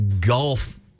golf